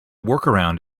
workaround